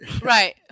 Right